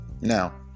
Now